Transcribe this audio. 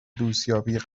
دوستیابی